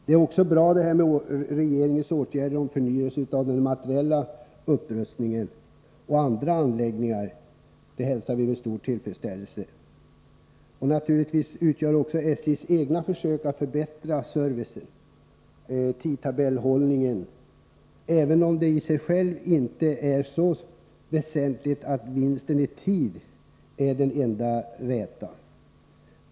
Det är också positivt att regeringen vidtagit åtgärder för en förnyelse och upprustning av materiel och anläggningar. Det hälsar vi med stor tillfredsställelse. Naturligtvis uppskattar vi också SJ:s egna försök att förbättra servicen och tidtabellshållningen, även om vinsten i tid i sig själv inte är det enda väsentliga.